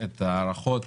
את הערכות